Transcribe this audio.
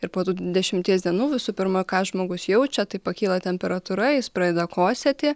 ir po dešimties dienų visų pirma ką žmogus jaučia tai pakyla temperatūra jis pradeda kosėti